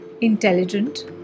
intelligent